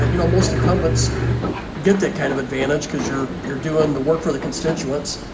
you know, most incumbents get that kind of advantage because you're you're doing the work for the constituents.